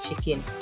chicken